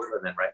right